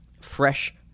fresh